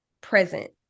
present